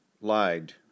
lied